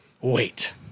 Wait